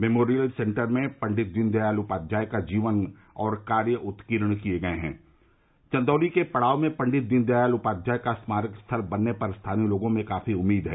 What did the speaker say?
memorial centre में पंडित दीनदयाल उपाध्याय का जीवन और कार्य उत्कीर्ण किये गये हैं चंदौली के पड़ाव में पंडित दीन दयाल उपाध्याय का स्मारक स्थल बनने पर स्थानीय लोगों में काफी उम्मीद हैं